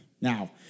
Now